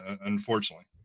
unfortunately